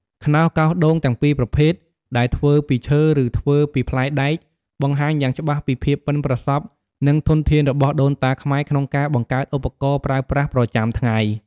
ខ្នោសកោសដូងទាំងពីរប្រភេទ ដែលធ្វើពីឈើ ឬធ្វើពីផ្លែដែក បង្ហាញយ៉ាងច្បាស់ពីភាពប៉ិនប្រសប់ និងធនធានរបស់ដូនតាខ្មែរក្នុងការបង្កើតឧបករណ៍ប្រើប្រាស់ប្រចាំថ្ងៃ។